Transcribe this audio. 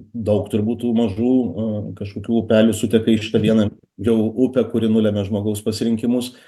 daug turbūt tų mažų a kažkokių upelių suteka į šitą vieną jau upę kuri nulemia žmogaus pasirinkimus